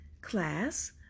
Class